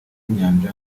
y’inyanja